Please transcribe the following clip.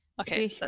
Okay